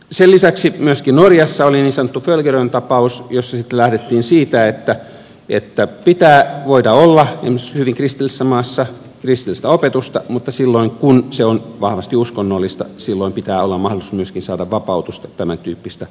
sen lisäksi myöskin norjassa oli niin sanottu folgerön tapaus jossa sitten lähdettiin siitä että pitää voida olla esimerkiksi hyvin kristillisessä maassa kristillistä opetusta mutta silloin kun se on vahvasti uskonnollista pitää olla mahdollisuus myöskin saada vapautusta tämäntyyppisestä opetuksesta